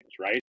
right